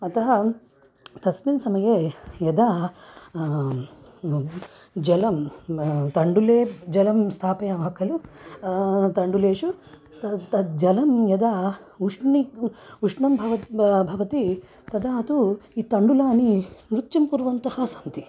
अतः तस्मिन् समये यदा जलं तण्डुले जलं स्थापयामः खलु तण्डुलेषु तत् तज्जलं यदा उष्णं उष्णं भवति भवति तदा तु तण्डुलानि नृत्यं कुर्वन्तः सन्ति